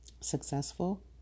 successful